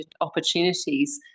opportunities